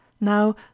Now